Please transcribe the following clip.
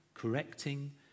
correcting